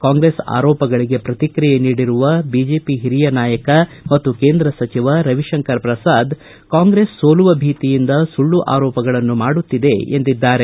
ಕಾಂಗ್ರೆಸ್ ಆರೋಪಗಳಿಗೆ ಪ್ರತಿಕ್ರಿಯೆ ನೀಡಿರುವ ಬಿಜೆಪಿ ಹಿರಿಯ ನಾಯಕ ಮತ್ತು ಕೇಂದ್ರ ಸಚಿವ ರವಿಶಂಕರ ಪ್ರಸಾದ್ ಕಾಂಗ್ರೆಸ್ ಸೋಲುವ ಭೀತಿಯಿಂದ ಸುಳ್ಳು ಆರೋಪಗಳನ್ನು ಮಾಡುತ್ತಿದೆ ಎಂದಿದ್ದಾರೆ